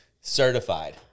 certified